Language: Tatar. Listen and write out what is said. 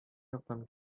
яктан